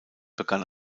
begann